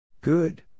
Good